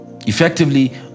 Effectively